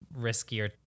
riskier